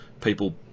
people